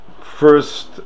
First